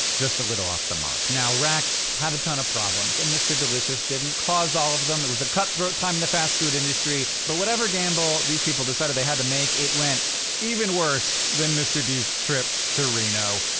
just a little off the mark. now rax had a ton of problems and mr. delicious didn't cause all of them. it was a cutthroat time in the fast food industry. but whatever gamble these people decided they had to make, it went even worse than mr. d's trip to reno.